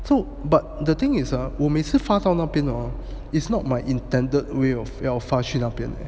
so but the thing is err 我每次发到那边 hor it's not my intended way of 要发去那边的